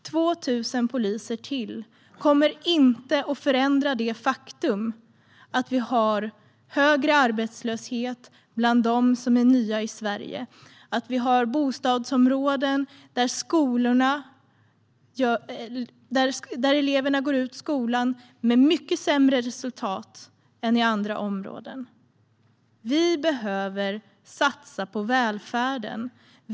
2 000 poliser till kommer inte att förändra det faktum att vi har högre arbetslöshet bland dem som är nya i Sverige eller att det finns bostadsområden där eleverna går ut skolan med mycket sämre resultat än i andra områden. Vi behöver satsa på välfärden.